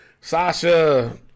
Sasha